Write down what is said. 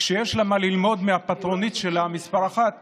כשיש לה מה ללמוד מהפטרונית שלה, מס' 1,